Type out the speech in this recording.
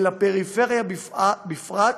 ולפריפריה בפרט,